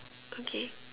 okay